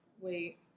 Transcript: Wait